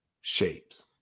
shapes